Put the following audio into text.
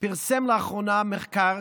פרסם לאחרונה מחקר